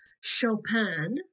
Chopin